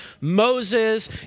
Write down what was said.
Moses